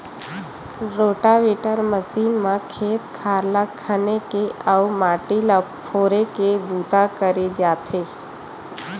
rotavator machine म खेत खार ल खने के अउ माटी ल फोरे के बूता करे जाथे